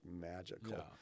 magical